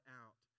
out